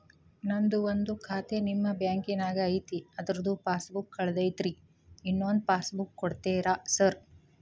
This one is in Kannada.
ನಂದು ಒಂದು ಖಾತೆ ನಿಮ್ಮ ಬ್ಯಾಂಕಿನಾಗ್ ಐತಿ ಅದ್ರದು ಪಾಸ್ ಬುಕ್ ಕಳೆದೈತ್ರಿ ಇನ್ನೊಂದ್ ಪಾಸ್ ಬುಕ್ ಕೂಡ್ತೇರಾ ಸರ್?